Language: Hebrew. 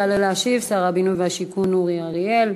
יעלה להשיב שר הבינוי והשיכון אורי אריאל.